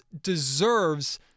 deserves